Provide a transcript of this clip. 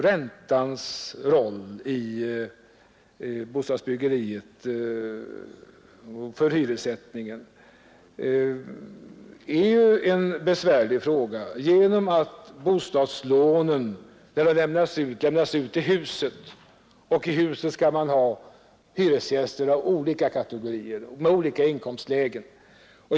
Räntans roll i bostadsbyggandet och för hyressättningen är en besvärlig fråga genom att bostadslånet lämnas till huset. I huset bor sedan hyresgäster av olika kategorier och med varierande inkomster.